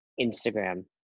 Instagram